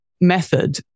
method